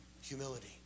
Humility